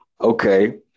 Okay